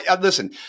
listen